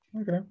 Okay